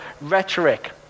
rhetoric